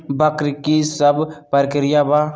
वक्र कि शव प्रकिया वा?